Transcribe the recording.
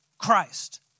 Christ